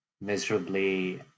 miserably